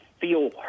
feel